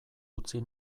utzi